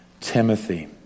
Timothy